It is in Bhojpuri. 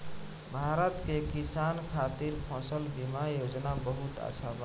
भारत के किसान खातिर फसल बीमा योजना बहुत अच्छा बा